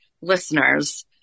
listeners